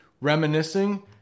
Reminiscing